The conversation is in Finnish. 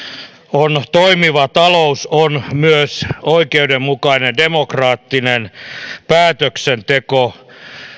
on toimiva talous on myös oikeudenmukainen demokraattinen päätöksenteko